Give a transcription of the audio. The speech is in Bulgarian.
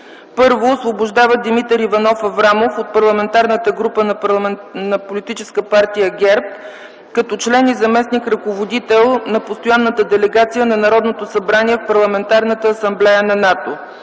1. Освобождава Димитър Иванов Аврамов от Парламентарната група на Политическа партия ГЕРБ като член и заместник ръководител на Постоянната делегация на Народното събрание в Парламентарната асамблея на НАТО.